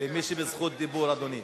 למי שבזכות דיבור, אדוני.